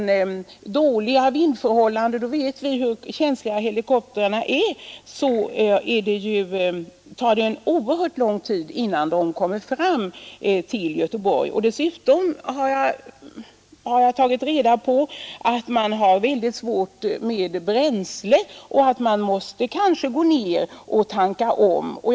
Är det dåliga vindförhållanden — vi vet ju hur känsliga helikoptrarna är — så tar det en oerhört lång tid innan de kommer fram till Göteborg. Dessutom har jag tagit reda på att det är svårt med bränslet och att man kanske måste gå ner för att tanka.